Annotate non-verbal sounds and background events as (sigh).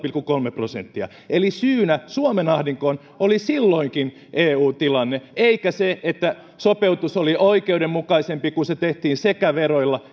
pilkku kolme prosenttia syynä suomen ahdinkoon oli silloinkin eun tilanne eikä se että sopeutus oli oikeudenmukaisempi kun se tehtiin sekä veroilla (unintelligible)